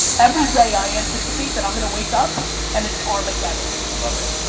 every day i anticipate that i'm gonna wake up and it's armageddon. i love it.